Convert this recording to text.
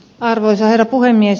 arvoisa herra puhemies